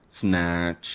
Snatch